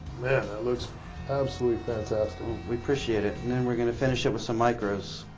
man, that looks absolutely fantastic. we appreciate it. and then we're going to finish it with some micros.